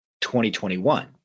2021